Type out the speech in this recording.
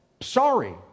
sorry